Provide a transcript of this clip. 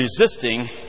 resisting